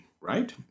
right